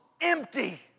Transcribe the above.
empty